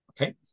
Okay